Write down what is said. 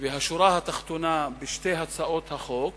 והשורה התחתונה בשתי הצעות החוק